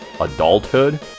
adulthood